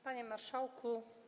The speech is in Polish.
Panie Marszałku!